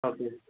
okay